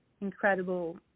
incredible